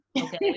Okay